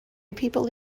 people